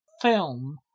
film